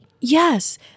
yes